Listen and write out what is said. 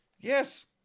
Yes